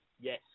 Yes